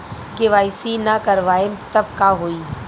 KYC ना करवाएम तब का होई?